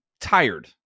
tired